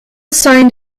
signed